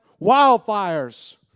wildfires